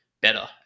better